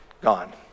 Gone